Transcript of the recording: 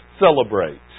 celebrate